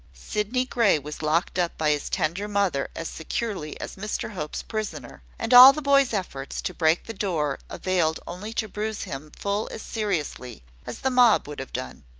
sydney grey was locked up by his tender mother as securely as mr hope's prisoner and all the boy's efforts to break the door availed only to bruise him full as seriously as the mob would have done.